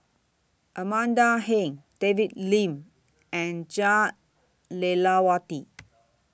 Amanda Heng David Lim and Jah Lelawati